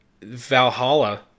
Valhalla